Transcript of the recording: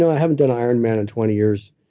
i haven't done an ironman in twenty years.